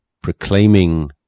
proclaiming